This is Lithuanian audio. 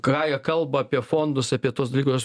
kraja kalba apie fondus apie tos dvigos